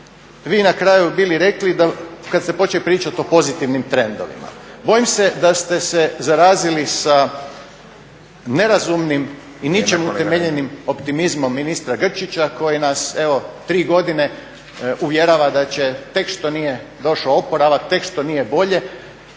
vi na kraju bili rekli kad ste počeli pričati o pozitivnim trendovima. Bojim se da ste se zarazili sa nerazumnim i ničim utemeljenim optimizmom ministra Grčića koji nas evo tri godine uvjerava da tek što nije došao oporavak, tek što nije bolje,